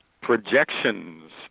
projections